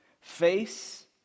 Face